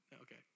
Okay